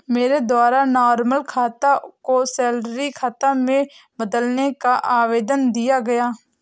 मेरे द्वारा नॉर्मल खाता को सैलरी खाता में बदलने का आवेदन दिया गया